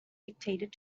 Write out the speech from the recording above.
dictated